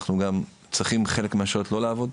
אנחנו גם צריכים חלק מהשעות לא לעבוד.